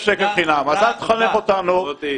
חרב מתהפכת,